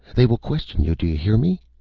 they will question you. do you hear me?